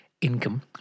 income